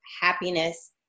happiness